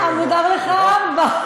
אה, מותר לך ארבע?